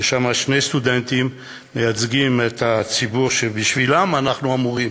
ששם שני סטודנטים מייצגים את הציבור שבשבילו אנחנו אמורים